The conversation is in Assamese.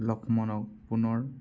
লক্ষ্মণক পুনৰ